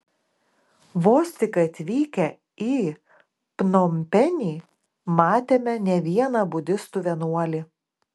vos tik atvykę į pnompenį matėme ne vieną budistų vienuolį